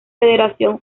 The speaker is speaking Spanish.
federación